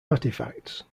artifacts